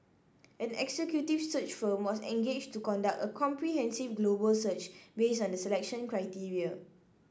an executive search firm was engaged to conduct a comprehensive global search based on the selection criteria